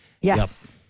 Yes